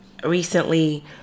Recently